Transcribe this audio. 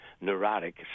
neurotic